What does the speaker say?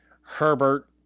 Herbert